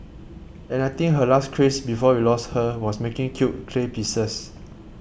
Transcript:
and I think her last craze before we lost her was making cute clay pieces